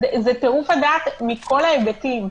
זה טירוף הדעת מכל ההיבטים,